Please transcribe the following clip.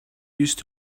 used